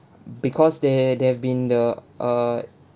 because they're they've been the err